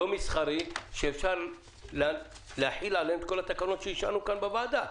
לא מסחרי שאפשר להחיל עליהם את כל התקנות שאישרנו פה בוועדה